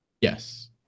yes